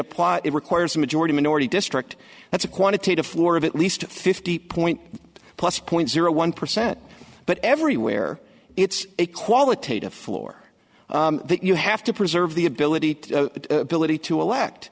apply it requires a majority minority district that's a quantitative floor of at least fifty point plus point zero one percent but everywhere it's a qualitative floor that you have to preserve the ability to